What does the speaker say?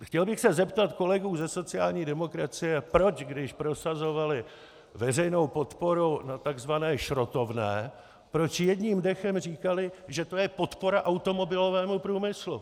Chtěl bych se zeptat kolegů ze sociální demokracie, proč když prosazovali veřejnou podporu na tzv. šrotovné, proč jedním dechem říkali, že to je podpora automobilovému průmyslu?